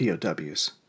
POWs